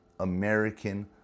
American